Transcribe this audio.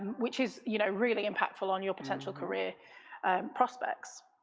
which is you know really impactful on your potential career prospects.